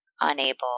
unable